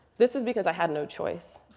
this is because i had no choice.